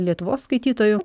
lietuvos skaitytojų